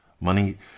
Money